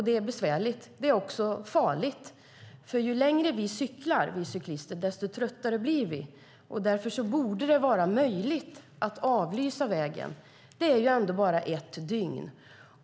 Det är också farligt. Ju längre vi cyklister cyklar, desto tröttare blir vi. Därför borde det vara möjligt att avlysa vägen. Det rör sig ju bara om ett dygn.